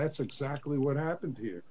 that's exactly what happened here